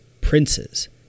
princes